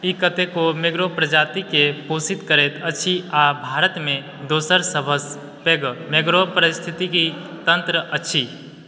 ई कतेको मैग्रोव प्रजातिके पोषित करैत अछि आ भारतमे दोसर सबसँ पैघ मैग्रोव पारिस्थितिकी तन्त्र अछि